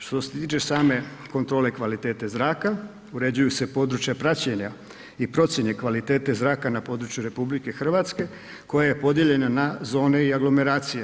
Što se tiče same kontrole kvalitete zraka, uređuju se područja praćenja i procjena kvalitete zraka na području RH koje je podijeljena na zone i aglomeracije.